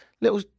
little